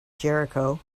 jericho